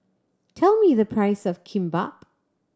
tell me the price of Kimbap